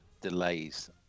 delays